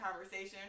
conversation